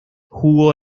jugó